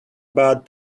bad